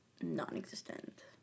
non-existent